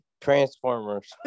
transformers